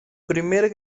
primer